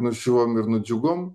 nuščiuvom ir nudžiugom